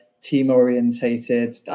team-orientated